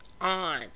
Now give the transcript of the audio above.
on